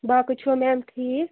باقٕے چھوا میم ٹھیٖک